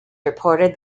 reported